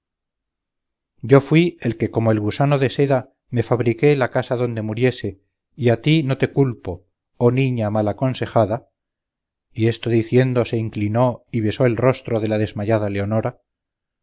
yo fui el que como el gusano de seda me fabriqué la casa donde muriese y a ti no te culpo oh niña mal aconsejada y diciendo esto se inclinó y besó el rostro de la desmayada leonora no te culpo digo porque persuasiones de